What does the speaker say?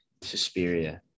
Suspiria